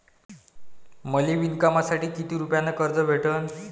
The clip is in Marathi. मले विणकामासाठी किती रुपयानं कर्ज भेटन?